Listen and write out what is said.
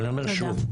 אני אומר שוב,